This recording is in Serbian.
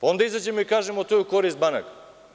Onda izađemo i kažemo – to je u korist banaka.